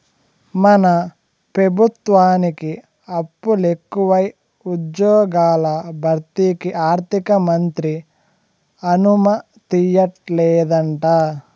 మన పెబుత్వానికి అప్పులెకువై ఉజ్జ్యోగాల భర్తీకి ఆర్థికమంత్రి అనుమతియ్యలేదంట